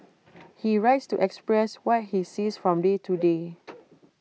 he writes to express what he sees from day to day